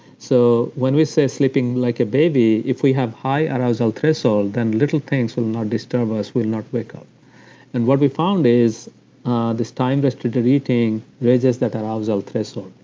so when we say sleeping like a baby, if we have high ah arousal threshold, then little things will not disturb us, we'll not wake up and what we found is this time-restricted eating raises that that arousal threshold.